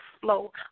flow